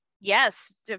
yes